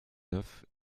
neuf